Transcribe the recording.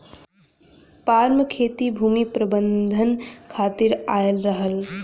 permaculture खेती भूमि प्रबंधन खातिर आयल रहल